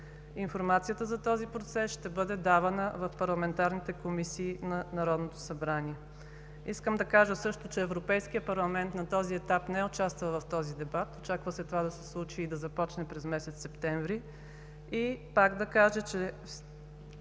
Информацията за този процес ще бъде давана в парламентарните комисии на Народното събрание. Искам да кажа също, че Европейският парламент на този етап не участва в този дебат, очаква се това да се случи и да започне през месец септември. И пак да кажа, че